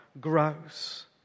grows